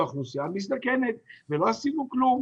האוכלוסייה מזדקנת ולא עשינו כלום.